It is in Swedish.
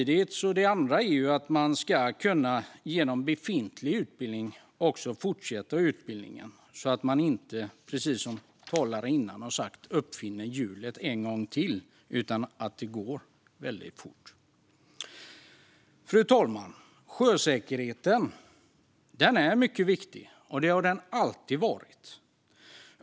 Det andra är att man inom befintlig utbildning ska kunna fortsätta utbildningen så att man inte, som tidigare talare har sagt, uppfinner hjulet en gång till, utan att det går väldigt fort. Fru talman! Sjösäkerheten är mycket viktig, och det har den alltid varit.